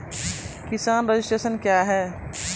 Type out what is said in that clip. किसान रजिस्ट्रेशन क्या हैं?